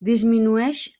disminueix